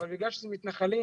אבל בגלל שזה מתנחלים,